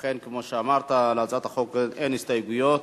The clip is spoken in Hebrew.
אכן, כמו שאמרת, להצעת החוק אין הסתייגויות.